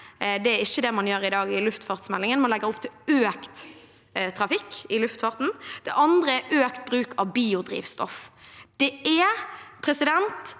Det er ikke det man gjør i dag i luftfartsmeldingen – man legger opp til økt trafikk i luftfarten. Det andre er økt bruk av biodrivstoff. Det er et